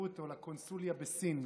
לשגרירות או לקונסוליה בסין,